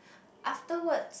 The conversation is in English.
afterwards